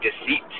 deceit